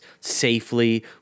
safely